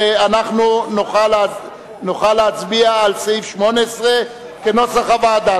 ואנחנו נוכל להצביע על סעיף 18 כנוסח הוועדה.